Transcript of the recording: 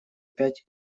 пять